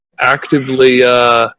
actively